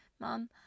Mom